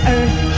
Earth